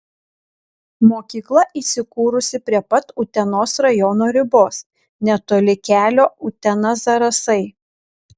mokykla įsikūrusi prie pat utenos rajono ribos netoli kelio utena zarasai